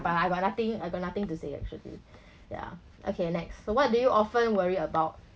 but I got nothing I got nothing to say actually ya okay next what do you often worried about